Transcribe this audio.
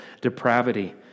depravity